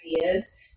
ideas